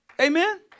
Amen